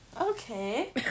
Okay